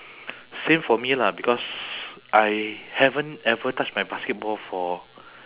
same for me lah because I haven't ever touch my basketball for